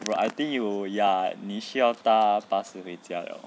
bro I think you ya 你需要搭巴士回家了